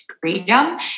freedom